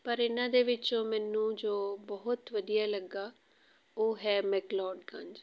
ਪਰ ਇਹਨਾਂ ਦੇ ਵਿੱਚੋਂ ਮੈਨੂੰ ਜੋ ਬਹੁਤ ਵਧੀਆ ਲੱਗਾ ਉਹ ਹੈ ਮੈਕਲੋਡਗੰਜ